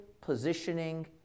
positioning